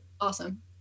Awesome